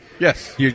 Yes